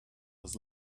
was